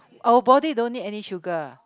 our body don't need any sugar